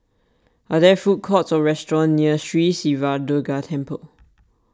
are there food courts or restaurants near Sri Siva Durga Temple